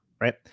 right